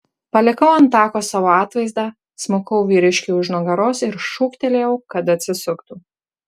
palikau ant tako savo atvaizdą smukau vyriškiui už nugaros ir šūktelėjau kad atsisuktų